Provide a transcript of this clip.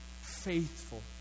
faithful